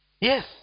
Yes